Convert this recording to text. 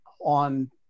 on